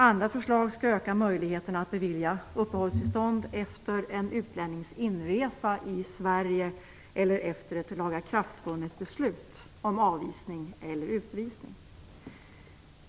Andra förslag skall öka möjligheterna att bevilja uppehållstillstånd efter en utlännings inresa i Sverige eller efter ett lagakraftvunnet beslut om avvisning eller utvisning.